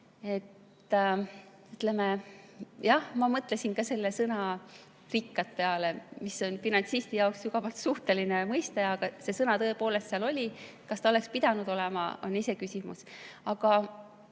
ma mõtlesin ka ise selle sõna "rikkad" peale, mis on finantsisti jaoks ju sügavalt suhteline mõiste, aga see sõna seal tõepoolest oli. Kas ta oleks pidanud olema, on iseküsimus. Aga